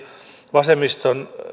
vasemmiston